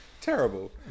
terrible